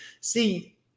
see